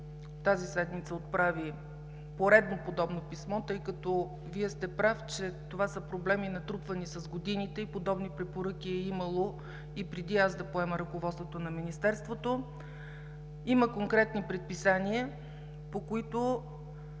тази седмица отправи поредно подобно писмо, тъй като Вие сте прав, че това са проблеми, натрупани с годините и подобни препоръки е имало и преди аз да поема ръководството на министерството, има конкретни предписания, по които